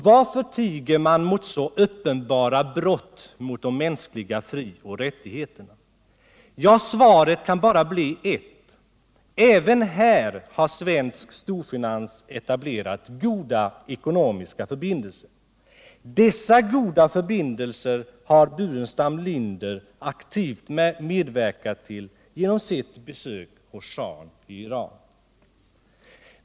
Varför tiger man om så uppenbara brott mot de mänskliga frioch rättigheterna? Svaret kan bara bli ett: även här har svensk storfinans etablerat goda ekonomiska förbindelser. Dessa goda förbindelser har Staffan Burenstam Linder aktivt medverkat till genom sitt besök hos shahen i Iran.